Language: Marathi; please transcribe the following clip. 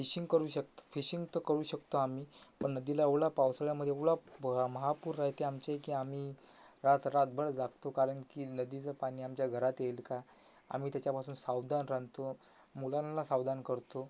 फिशिंग करू शकतो फिशिंग तर करू शकतो आम्ही पण नदीला एवढा पावसाळ्यामध्ये एवढा प महापूर राहते आमच्या इथे आम्ही रात्र रात्रभर जागतो कारण की नदीचं पाणी आमच्या घरात येईल का आम्ही त्याच्यापासून सावधान राहतो मुलांला सावधान करतो